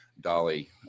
Dolly